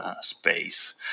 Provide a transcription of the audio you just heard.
space